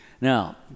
Now